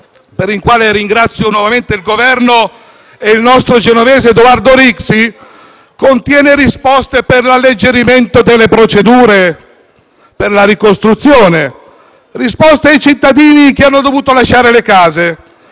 per il quale ringrazio nuovamente il Governo e il nostro genovese Edoardo Rixi, contiene risposte per l'alleggerimento delle procedure e per la ricostruzione; risposte ai cittadini che hanno dovuto lasciare le case,